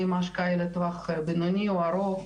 האם ההשקעה היא לטווח בינוני או ארוך.